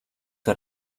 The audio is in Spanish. que